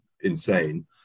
insane